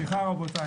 סליחה, רבותיי.